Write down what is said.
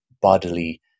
bodily